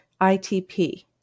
ITP